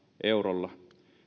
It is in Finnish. eurolla